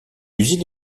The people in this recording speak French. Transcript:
usine